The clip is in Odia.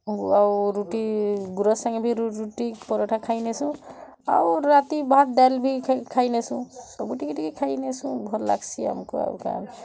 ଆଉ ଆଉ ରୁଟି ଗୁରସ୍ ସାଙ୍ଗେ ବି ରୁଟି ପରଠା ଖାଇ ନେସୁଁ ଆଉ ରାତି ଭାତ୍ ଡାଲ୍ ବି ଖାଇ ନେସୁଁ ସବୁ ଟିକେ ଟିକେ ଖାଇ ନେସୁଁ ଭଲି ଲାଗ୍ସି ଆମକୁ ଆଉ କ'ଣ